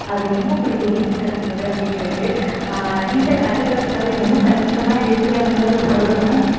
அது ரொம்ப பிடிக்கும் நீச்சல் கற்றுக்குறது அப்படிங்கிறது நீச்சல் கற்றுக்கிறதுக்காக இன்னமும் கற்றுக்கிட்டுதான் இருக்கேன் அப்படிதான் சொல்லி சொல்லணும்